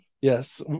Yes